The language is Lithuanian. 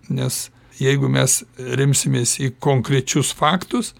nes jeigu mes remsimės į konkrečius faktus